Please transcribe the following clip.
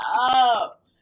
up